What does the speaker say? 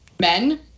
men